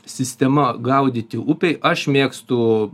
sistema gaudyti upėj aš mėgstu